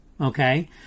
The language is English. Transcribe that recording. Okay